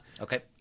Okay